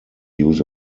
use